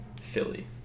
Philly